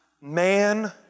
Man